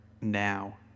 now